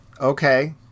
Okay